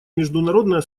международное